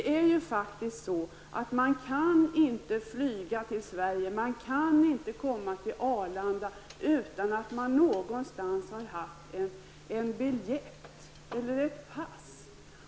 Man kan faktiskt inte flyga till Sverige, och man kan inte komma till Arlanda utan att man vid något tillfälle har haft en biljett eller ett pass.